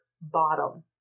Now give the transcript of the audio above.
bottom